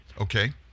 Okay